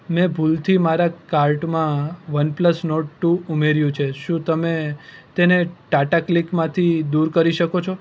મેં ભૂલથી મારા કાર્ટમાં વનપ્લસ નોર્ડ ટુ ઉમેર્યું છે શું તમે તેને ટાટા ક્લિકમાંથી દૂર કરી શકો છો